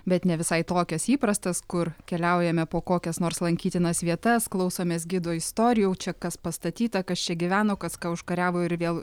bet ne visai tokias įprastas kur keliaujame po kokias nors lankytinas vietas klausomės gido istorijų čia kas pastatyta kas čia gyveno kas ką užkariavo ir vėl